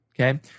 okay